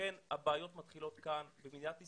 לכן הבעיות מתחילות כאן במדינת ישראל,